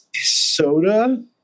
Soda